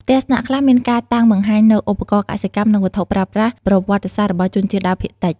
ផ្ទះស្នាក់ខ្លះមានការតាំងបង្ហាញនូវឧបករណ៍កសិកម្ម និង វត្ថុប្រើប្រាស់ ប្រវត្តិសាស្ត្ររបស់ជនជាតិដើមភាគតិច។